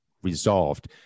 resolved